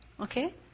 Okay